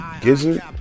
Gizzard